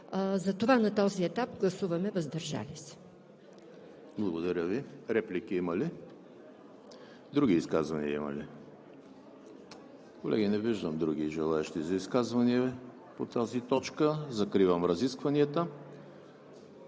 Затова на този етап гласуваме „въздържал се“. ПРЕДСЕДАТЕЛ ЕМИЛ ХРИСТОВ: Благодаря Ви. Реплики има ли? Други изказвания има ли? Колеги, не виждам други желаещи за изказвания по тази точка. Закривам разискванията